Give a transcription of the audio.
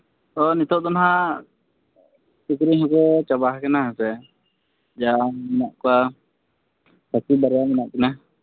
ᱦᱳᱭ ᱱᱤᱛᱳᱜ ᱫᱚ ᱱᱟᱜ ᱥᱩᱠᱨᱤ ᱦᱚᱸᱠᱚ ᱪᱟᱵᱟ ᱦᱟᱠᱟᱱᱟ ᱦᱮᱸᱥᱮ ᱡᱟ ᱢᱮᱱᱟᱜ ᱠᱚᱣᱟ ᱠᱷᱟᱹᱥᱤ ᱵᱟᱨᱭᱟ ᱢᱮᱱᱟᱜ ᱠᱤᱱᱟᱹ